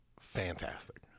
fantastic